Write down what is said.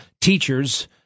teachers